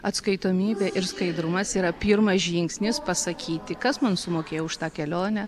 atskaitomybė ir skaidrumas yra pirmas žingsnis pasakyti kas man sumokėjo už tą kelionę